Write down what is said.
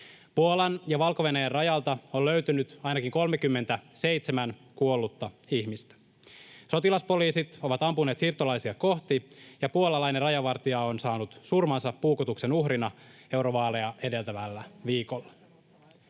Puolan ja Valko-Venäjän rajalta on löytynyt ainakin 37 kuollutta ihmistä. Sotilaspoliisit ovat ampuneet siirtolaisia kohti, ja puolalainen rajavartija on saanut surmansa puukotuksen uhrina eurovaaleja edeltävällä viikolla.